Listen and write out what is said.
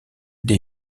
des